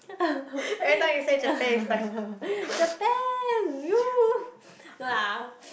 Japan !woo! no lah